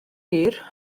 hir